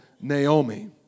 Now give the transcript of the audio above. Naomi